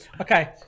Okay